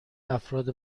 افراد